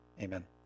Amen